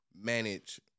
manage